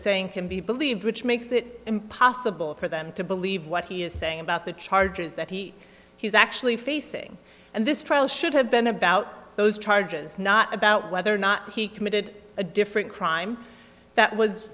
saying can be believed which makes it impossible for them to believe what he is saying about the charges that he has actually facing and this trial should have been about those charges not about whether or not he committed a different crime that was